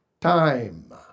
time